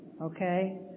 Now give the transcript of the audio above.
okay